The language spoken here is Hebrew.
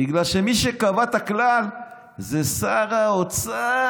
בגלל שמי שקבע את הכלל זה שר האוצר,